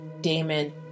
Damon